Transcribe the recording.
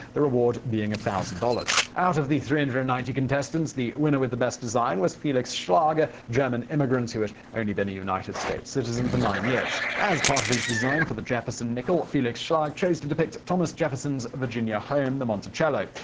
the reward being one thousand dollars. out of the three and hundred and ninety contestants, the winner with the best design was felix schlag, a german immigrant who had only been a united states citizen for nine years. as part of his design for the jefferson nickel, felix schlag chose to depict thomas jefferson's virginia home, the monticello.